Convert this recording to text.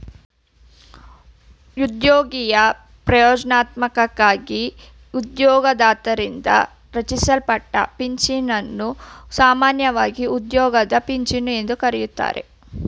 ಉದ್ಯೋಗಿಯ ಪ್ರಯೋಜ್ನಕ್ಕಾಗಿ ಉದ್ಯೋಗದಾತರಿಂದ ರಚಿಸಲ್ಪಟ್ಟ ಪಿಂಚಣಿಯನ್ನು ಸಾಮಾನ್ಯವಾಗಿ ಉದ್ಯೋಗದ ಪಿಂಚಣಿ ಎಂದು ಕರೆಯುತ್ತಾರೆ